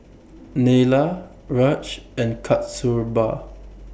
Neila Raj and Kasturba